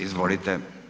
Izvolite.